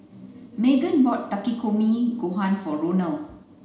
Magen bought Takikomi Gohan for Ronal